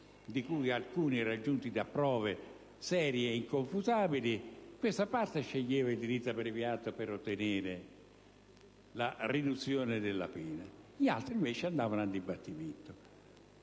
di cui alcuni raggiunti da prove serie e inconfutabili, una parte sceglieva il rito abbreviato per ottenere la riduzione della pena, gli altri invece andavano al dibattimento.